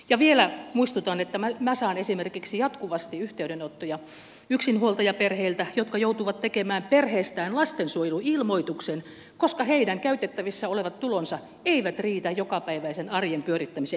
ja vielä muistutan että minä saan esimerkiksi jatkuvasti yhteydenottoja yksinhuoltajaperheiltä jotka joutuvat tekemään perheestään lastensuojeluilmoituksen koska heidän käytettävissä olevat tulonsa eivät riitä jokapäiväisen arjen pyörittämiseen